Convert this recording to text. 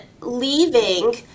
leaving